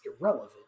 irrelevant